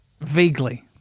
vaguely